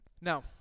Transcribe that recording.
Now